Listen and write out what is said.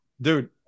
Dude